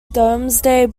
domesday